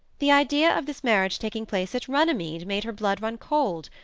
the idea of this marriage taking place at runnymede made her blood run cold.